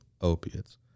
opiates